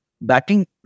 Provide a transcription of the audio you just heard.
batting